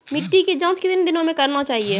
मिट्टी की जाँच कितने दिनों मे करना चाहिए?